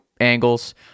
angles